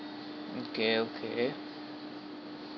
mm okay okay